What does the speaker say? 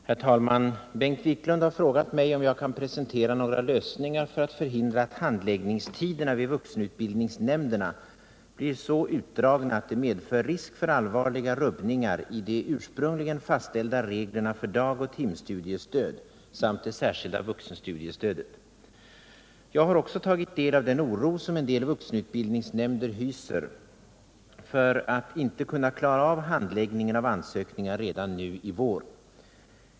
Herr talman! Bengt Wiklund har frågat mig om jag kan presentera några lösningar för att förhindra att handläggningstiderna vid vuxenutbildningsnämnderna blir så utdragna att det medför risk för allvarliga rubbningar i de ursprungligen fastställda reglerna för dagoch timstudiestöd samt det särskilda vuxenstudiestödet. Jag har också tagit del av den oro som en del vuxenutbildningsnämnder hyser för att inte kunna klara av handläggningen av ansökningar redan nu i vår.